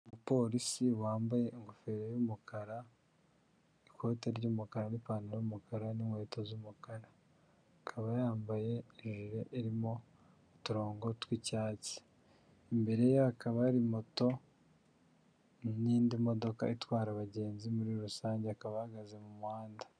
Umupolisi wambaye ingofero y'umukara, ikoti ry'umukara, n'ipantaro y'umukara n'inkweto z'umukara ikaba yambaye ijire irimo uturongo tw'icyatsi, imbere hakaba hari moto n'indi modoka itwara abagenzi muri rusange akaba ahagaze mu muhanda.